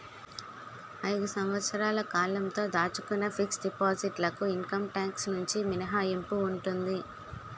ఐదు సంవత్సరాల కాలంతో దాచుకున్న ఫిక్స్ డిపాజిట్ లకు ఇన్కమ్ టాక్స్ నుంచి మినహాయింపు ఉంటుంది